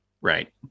right